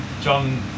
John